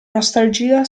nostalgia